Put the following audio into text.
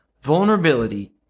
vulnerability